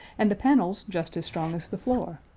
and the panels just as strong as the floor,